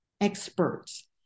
experts